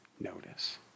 notice